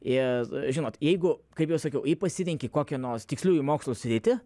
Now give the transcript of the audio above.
ir žinot jeigu kaip jau sakiau jei pasirenki kokią nors tiksliųjų mokslų sritį